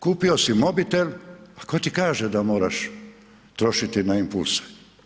Kupio si mobitel, pa tko ti kaže da moram trošiti na impulse.